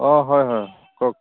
অঁ হয় হয় কওক